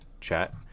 chat